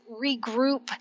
regroup